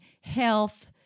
health